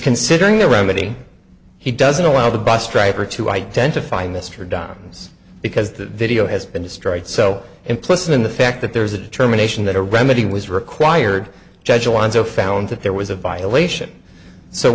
considering a remedy he doesn't allow the bus driver to identify mr dymes because the video has been destroyed so implicit in the fact that there's a determination that a remedy was required judge alonzo found that there was a violation so